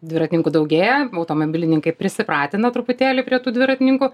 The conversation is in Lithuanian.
dviratininkų daugėja automobilininkai prisipratino truputėlį prie tų dviratininkų